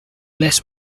bless